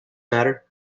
matter